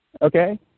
Okay